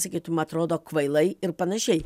sakytum atrodo kvailai ir panašiai